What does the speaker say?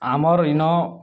ଆମର୍ ଇନ